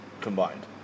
combined